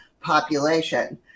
Population